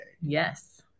Yes